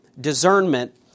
discernment